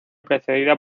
precedida